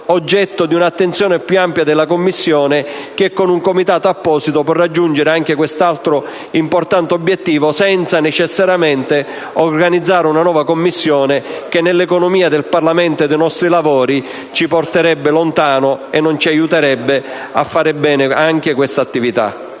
oggetto di un'attenzione più ampia della Commissione, la quale con un Comitato apposito può raggiungere anche quest'altro importante obiettivo, senza necessariamente organizzare una nuova Commissione che, nell'economia del Parlamento e dei nostri lavori, ci porterebbe lontano e non ci aiuterebbe a svolgere bene anche questa attività.